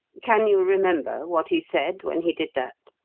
can you remember what he said when he did that?